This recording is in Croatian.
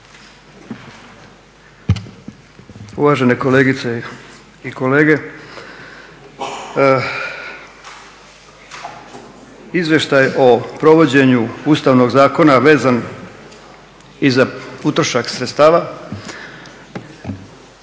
Uvažene kolegice i kolege, izvještaj o provođenju Ustavnog zakona vezan i za utrošak sredstava